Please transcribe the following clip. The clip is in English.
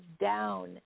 down